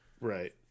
Right